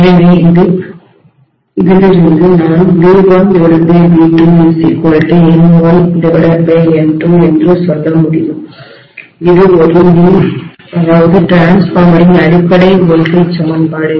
எனவே இதில் இருந்து நான் V1V2N2N2 என்று சொல்ல முடியும்இது ஒரு மின்மாற்றியின்டிரான்ஸ்ஃபார்மரின் அடிப்படை மின்னழுத்த வோல்டேஜ் சமன்பாடு